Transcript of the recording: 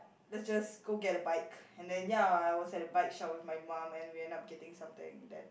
let's just go get a bike and then ya I was at the bike shop with my mom and we ended up getting something that